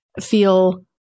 feel